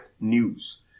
news